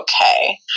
okay